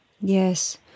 Yes